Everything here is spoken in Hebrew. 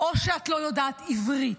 או שאת לא יודעת עברית.